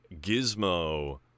gizmo